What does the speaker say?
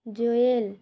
Joel